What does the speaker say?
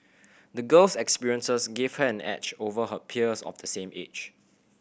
the girl's experiences gave her an edge over her peers of the same age